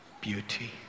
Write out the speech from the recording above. beauty